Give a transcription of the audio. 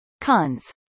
Cons